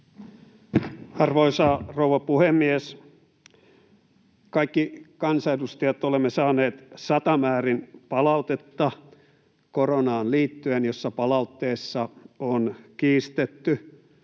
Arvoisa rouva puhemies! Kaikki me kansanedustajat olemme saaneet satamäärin koronaan liittyen palautetta, jossa on kiistetty